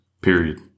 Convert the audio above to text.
period